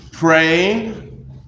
Praying